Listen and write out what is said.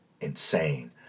insane